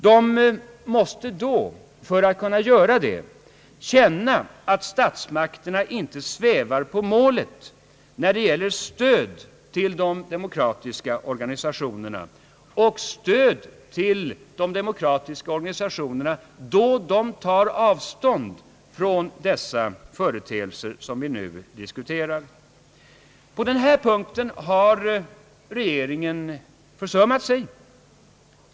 De måste då också känna att statsmakterna inte svävar på målet när det gäller stöd till de demokratiska organisationerna, då dessa tar avstånd från de företeelser vi nu diskuterar. På den här punkten har regeringen försummat sig.